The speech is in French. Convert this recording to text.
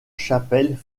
chapelle